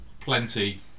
plenty